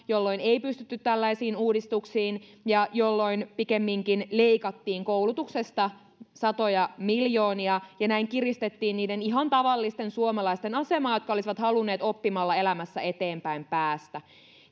jolloin ei pystytty tällaisiin uudistuksiin ja jolloin pikemminkin leikattiin koulutuksesta satoja miljoonia ja näin kiristettiin niiden ihan tavallisten suomalaisten asemaa jotka olisivat halunneet oppimalla elämässä eteenpäin päästä